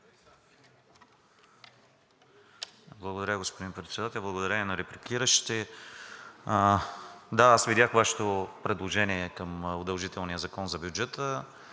Благодаря, господин Председател. Благодаря и на репликиращите. Да, аз видях Вашето предложение към удължителния Закон за бюджета.